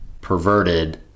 perverted